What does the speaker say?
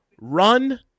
Run